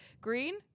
green